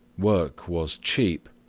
work was cheap,